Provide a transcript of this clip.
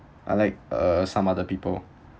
unlike uh some other people